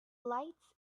lights